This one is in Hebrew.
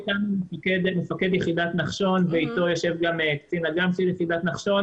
נמצא כאן מפקד יחידת נחשון ואיתו יושב גם קצין אג"מ של יחידת נחשון